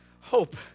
Hope